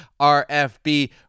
RFB